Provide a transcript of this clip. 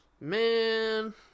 Man